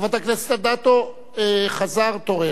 חברת הכנסת אדטו, חזר תורך,